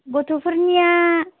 गथ'फोरनिया